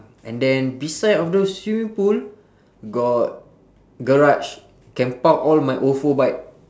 and then beside of the swimming pool got garage can park all my ofo bike